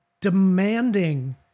demanding